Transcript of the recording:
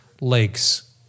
lakes